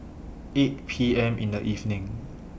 eight P M in The evening